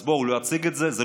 אז בואו, להציג את זה כבשורה?